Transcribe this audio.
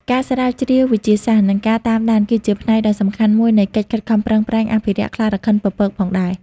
ការស្រាវជ្រាវវិទ្យាសាស្ត្រ និងការតាមដាន គឺជាផ្នែកដ៏សំខាន់មួយនៃកិច្ចខិតខំប្រឹងប្រែងអភិរក្សខ្លារខិនពពកផងដែរ។